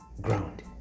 ground